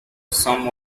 some